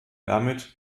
damit